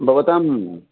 भवताम्